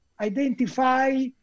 identify